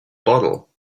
bottle